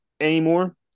anymore